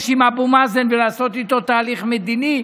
עם אבו מאזן ולעשות איתו תהליך מדיני,